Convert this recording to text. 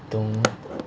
don't